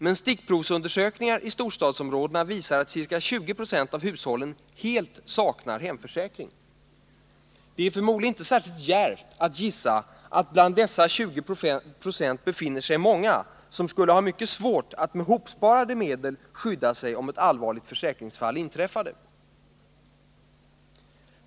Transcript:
Men stickprovsundersökningar i storstadsområdena visar att ca 20 90 av hushållen helt saknar hemförsäkring. Det är förmodligen inte särskilt djärvt att gissa att bland dessa 20 96 befinner sig många som skulle ha mycket svårt att med hopsparade medel skydda sig, om ett allvarligt försäkringsfall inträffade.